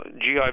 GI